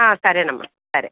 సరే అమ్మ సరే